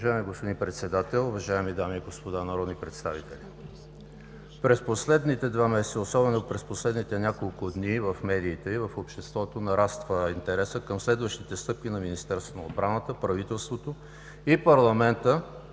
Уважаеми господин Председател, уважаеми дами и господа народни представители! През последните два месеца, особено през последните няколко дни, в медиите и обществото нараства интересът към следващите стъпки на Министерството на отбраната, правителството и парламента,